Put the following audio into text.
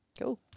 Cool